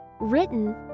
Written